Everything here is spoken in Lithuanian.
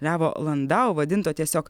levo landau vadinto tiesiog